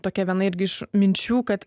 tokia viena irgi iš minčių kad